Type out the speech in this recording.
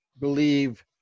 believe